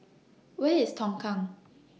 Where IS Tongkang